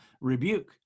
rebuke